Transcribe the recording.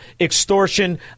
extortion